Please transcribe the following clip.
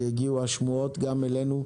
כי הגיעו גם אלינו שמועות